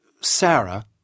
Sarah